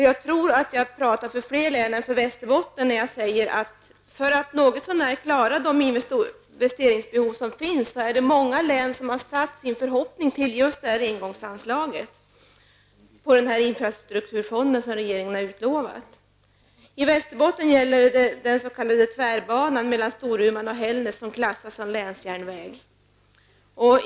Jag tror att jag pratar för fler län än Västerbotten, när jag säger att för att något så när klara de investeringsbehov som finns sätter man sin förhoppning till just det här engångsanslaget och infrastrukturfonden som regeringen har utlovat. Storuman och Hällnäs som klassas som länsjärnväg.